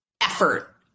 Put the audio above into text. effort